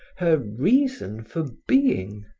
her reason for being.